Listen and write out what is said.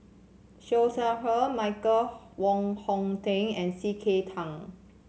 Siew Shaw Her Michael Wong Hong Teng and C K Tang